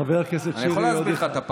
חבר הכנסת שירי, עוד אחד.